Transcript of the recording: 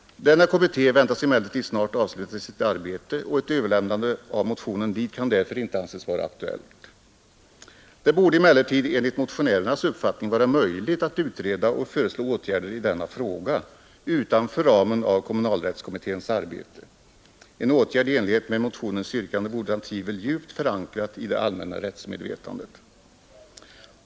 Denna kommitté väntas emellertid snart avsluta sitt arbete, och ett överlämnande av motionen dit kan därför inte anses vara aktuellt. Det borde emellertid, enligt motionärernas uppfattning, vara möjligt att utreda och föreslå åtgärder i denna fråga utanför ramen av kommunalrättskommitténs arbete. En åtgärd i enlighet med motionens yrkande vore utan tvivel djupt förankrad i det allmänna rättsmedvetandet.